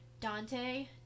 Dante